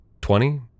Twenty